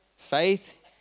Faith